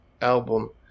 album